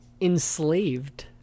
Enslaved